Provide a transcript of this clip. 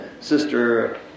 Sister